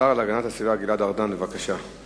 השר להגנת הסביבה גלעד ארדן, בבקשה.